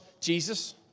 Jesus